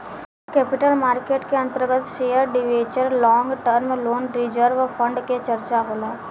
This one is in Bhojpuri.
कैपिटल मार्केट के अंतर्गत share debenture long term loan reserve fund के चर्चा होला